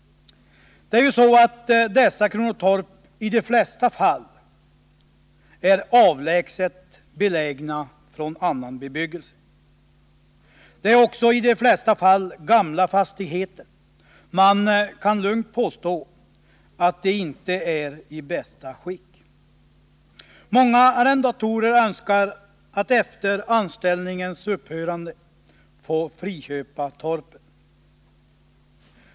Det förhåller sig så att kronotorpen i de flesta fall är avlägset belägna i förhållande till annan bebyggelse. I de flesta fall utgörs de också av gamla fastigheter, och man kan lugnt påstå att de inte är i bästa skick. Många arrendatorer önskar att efter anställningens upphörande få friköpa torpen.